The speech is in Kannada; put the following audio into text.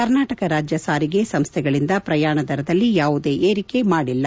ಕರ್ನಾಟಕ ರಾಜ್ಹ ಸಾರಿಗೆ ಸಂಸ್ನೆಗಳಿಂದ ಪ್ರಯಾಣ ದರದಲ್ಲಿ ಯಾವುದೇ ಏರಿಕೆ ಮಾಡಿಲ್ಲ